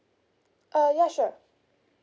uh yeah sure